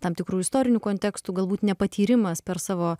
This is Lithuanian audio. tam tikrų istorinių kontekstų galbūt nepatyrimas per savo